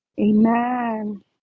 Amen